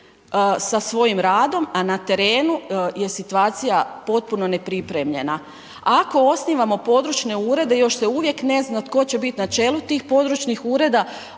sa svojim radom a na terenu je situacija potpuno neprimljena. Ako osnivamo područne urede, još se uvijek ne zna tko će bit na čelu tih područnih ureda,